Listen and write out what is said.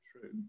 true